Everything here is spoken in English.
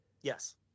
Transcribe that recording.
Yes